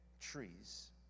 trees